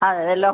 അതെ അല്ലോ